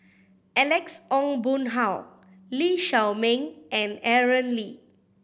Alex Ong Boon Hau Lee Shao Meng and Aaron Lee